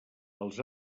els